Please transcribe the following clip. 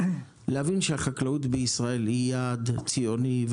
להבין שהחקלאות בישראל היא יעד ציוני,